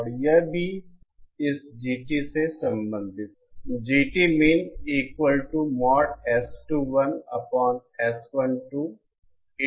और यह भी इस GT से संबंधित है